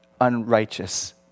unrighteous